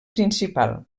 principal